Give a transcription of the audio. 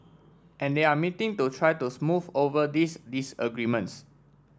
and they are meeting to try to smooth over these disagreements